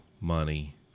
Money